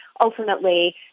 ultimately